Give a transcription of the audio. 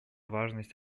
важность